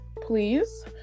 Please